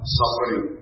suffering